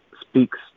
speaks